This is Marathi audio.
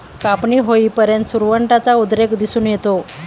कापणी होईपर्यंत सुरवंटाचा उद्रेक दिसून येतो